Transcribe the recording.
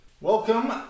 Welcome